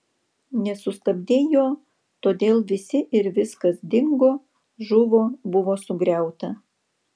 nesustabdei jo todėl visi ir viskas dingo žuvo buvo sugriauta